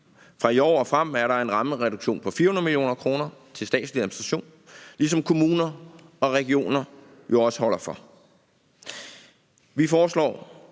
Fra i år og frem er der en rammereduktion på 400 mio. kr. til statslig administration, ligesom kommuner og regioner jo også holder for.